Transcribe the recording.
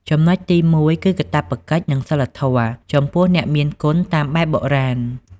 ចំណុចទីមួយគឺ "កាតព្វកិច្ច" និង "សីលធម៌" ចំពោះអ្នកមានគុណតាមបែបបុរាណ។